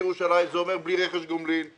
בירושלים וזה אומר בלי רכש גומלין.